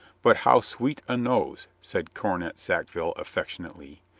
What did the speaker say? but how sweet a nose, said cornet sackville af fectionately.